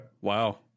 Wow